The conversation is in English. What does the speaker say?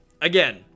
again